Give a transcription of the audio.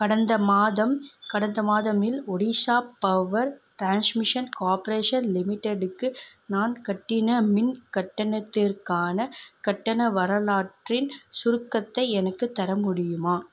கடந்த மாதம் கடந்த மாதமில் ஒடிஷா பவர் ட்ரான்ஸ்மிஷன் கார்ப்ரேஷன் லிமிட்டெடுக்கு நான் கட்டின மின் கட்டணத்திற்கான கட்டண வரலாற்றின் சுருக்கத்தை எனக்குத் தர முடியுமா